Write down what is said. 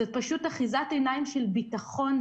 זו פשוט אחיזת עיניים של ביטחון,